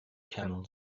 camels